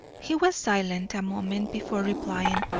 he was silent a moment before replying.